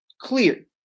clear